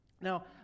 Now